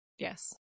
Yes